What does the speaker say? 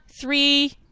three